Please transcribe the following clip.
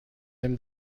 him